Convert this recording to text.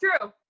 true